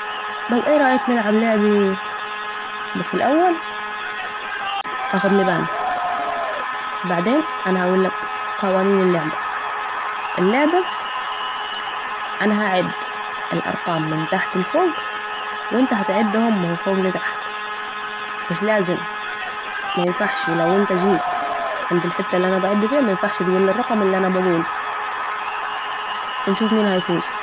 طيب أي رأيك نلعب لعبه ، بس الأول تاخد لبانه بعد كده ، أنا هقولك قوانين اللعبه ، اللعبه أنا هعد الارقام من تحت لفوق و أنت هتعد من فوق لتحت... بس لو أنت حيت عند الحته الي أنا بعد فيها نينفعش تقول الرقم الي أنا بقوله ،و نشوف مين هيفوز